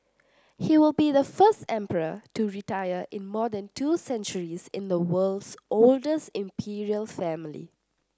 he will be the first emperor to retire in more than two centuries in the world's oldest imperial family